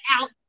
out